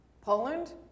Poland